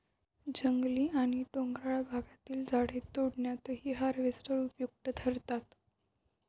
जंगली आणि डोंगराळ भागातील झाडे तोडण्यातही हार्वेस्टर उपयुक्त ठरतात